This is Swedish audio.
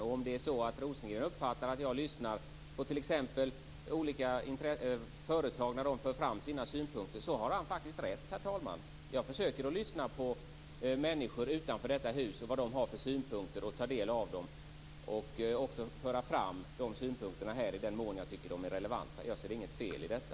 Om Rosengren uppfattar att jag lyssnar på t.ex. olika företag när de för fram sina synpunkter har han rätt, herr talman. Jag försöker lyssna på människor utanför detta hus och ta del av deras synpunkter, för att också föra fram de synpunkterna här i den mån jag tycker att de är relevanta. Jag ser inget fel i detta.